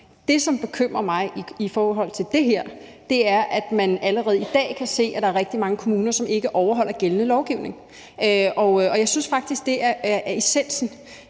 Det, som bekymrer mig i forhold til det her, er, at man allerede i dag kan se, at der er rigtig mange kommuner, som ikke overholder gældende lovgivning. Og jeg synes faktisk, det er essensen,